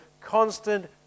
constant